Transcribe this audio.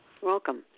welcome